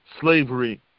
slavery